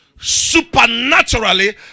supernaturally